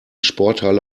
sporthalle